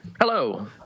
Hello